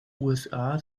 usa